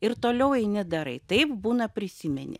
ir toliau eini darai taip būna prisimeni